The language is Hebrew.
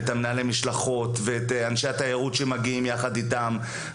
את מנהלי המשלחות ואת אנשי התיירות שמגיעים יחד איתם,